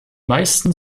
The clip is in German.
meisten